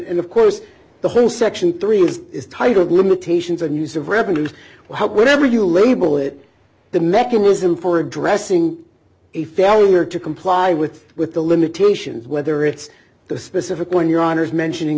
of course the whole section three is titled limitations on use of revenues well whatever you label it the mechanism for addressing a failure to comply with with the limitations whether it's the specific one your honour's mentioning